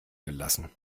gelassen